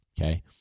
Okay